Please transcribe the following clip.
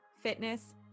fitness